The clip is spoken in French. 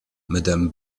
madame